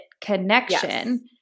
connection